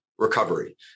recovery